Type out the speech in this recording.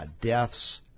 deaths